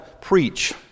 preach